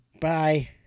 bye